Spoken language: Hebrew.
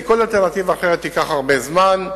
כי כל אלטרנטיבה אחרת תיקח הרבה זמן.